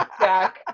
Jack